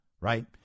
right